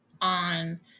on